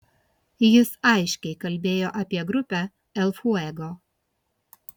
jis aiškiai kalbėjo apie grupę el fuego